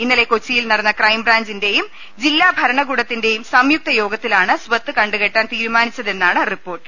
ഇന്നലെ കൊച്ചിയിൽ ചേർന്ന ക്രൈം ബ്രാഞ്ചിന്റെയും ജില്ലാ ഭരണകൂടത്തിന്റെയും സംയുക്ത യോഗത്തിലാണ് സ്വത്ത് കണ്ടു കെട്ടാൻ തീരുമാനിച്ചതെന്നാണ് റിപ്പോർട്ട്